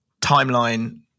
timeline